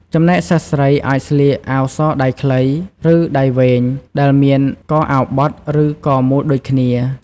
ចំណែកសិស្សស្រី អាចស្លៀក អាវសដៃខ្លី ឬដៃវែង ដែលមានកអាវបត់ ឬកមូលដូចគ្នា។